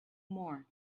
more